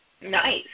Nice